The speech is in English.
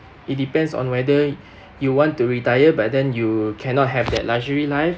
it depends on whether you want to retire but then you cannot have that luxury life